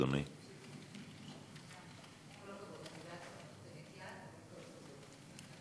אדוני.